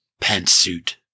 pantsuit